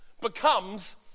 becomes